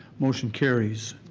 motion carries.